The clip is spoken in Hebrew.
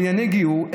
לענייני גיור,